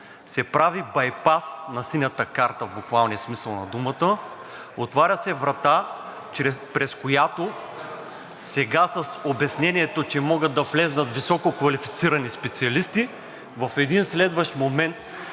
се прави байпас на Синята карта в буквалния смисъл на думата, отваря се врата, през която сега с обяснението, че могат да влязат висококвалифицирани специалисти в един следващ момент